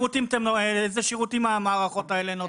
איזה שירותים המערכות האלה נותנות?